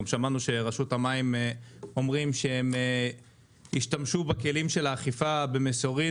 גם שמענו שרשות המים אומרים שהם השתמשו בכלים של האכיפה במשורין